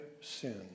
sin